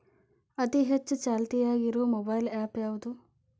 ಅತಿ ಹೆಚ್ಚ ಚಾಲ್ತಿಯಾಗ ಇರು ಮೊಬೈಲ್ ಆ್ಯಪ್ ಯಾವುದು?